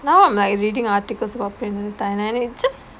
now I'm like reading articles about princess diana and it just